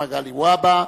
מגלי והבה,